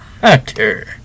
hunter